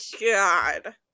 God